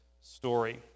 story